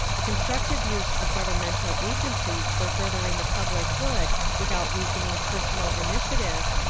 the constructive use of governmental agencies for furthering the public good without weakening personal initiative,